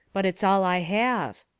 but it's all i have.